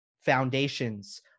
foundations